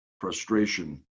frustration